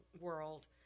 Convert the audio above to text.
world